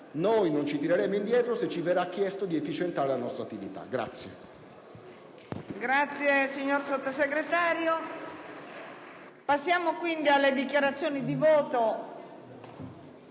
noi non ci tireremo indietro se ci verrà chiesto di efficientare la nostra attività.